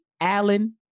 Allen